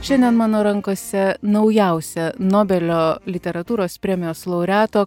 šiandien mano rankose naujausia nobelio literatūros premijos laureato